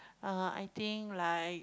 err I think like